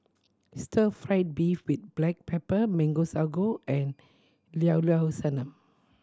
stir fried beef with black pepper Mango Sago and Llao Llao Sanum